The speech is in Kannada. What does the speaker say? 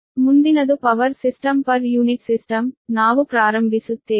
ಮುಂದಿನದು power system per unit system ನಾವು ಪ್ರಾರಂಭಿಸುತ್ತೇವೆ